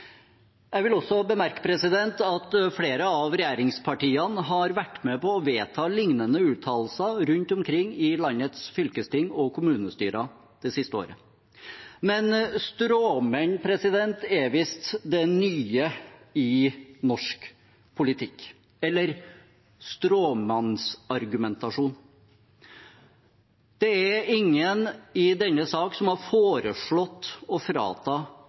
Jeg vil også bemerke at flere av regjeringspartiene har vært med på å vedta lignende uttalelser rundt omkring i landets fylkesting og kommunestyrer det siste året. Men stråmenn er visst det nye i norsk politikk, eller stråmannsargumentasjon. Det er ingen som i denne saken har foreslått å frata